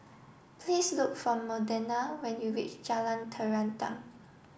please look for Modena when you reach Jalan Terentang